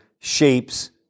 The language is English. shapes